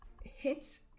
hits